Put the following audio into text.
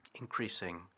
increasing